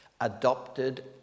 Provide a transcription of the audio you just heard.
adopted